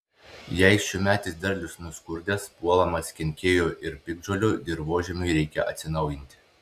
jei šiųmetis derlius nuskurdęs puolamas kenkėjų ir piktžolių dirvožemiui reikia atsinaujinti